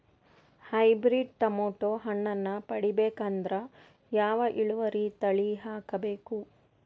Hybrid tomato ಹಣ್ಣನ್ನ ಪಡಿಬೇಕಂದರ ಯಾವ ಇಳುವರಿ ತಳಿ ಹಾಕಬೇಕು?